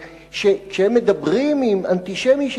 אז כשהם מדברים עם אנטישמי,